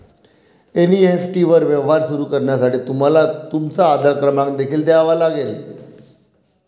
NEFT वर व्यवहार सुरू करण्यासाठी तुम्हाला तुमचा आधार क्रमांक देखील द्यावा लागेल